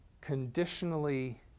conditionally